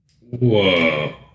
Whoa